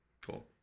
Cool